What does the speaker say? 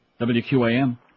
WQAM